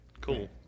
Cool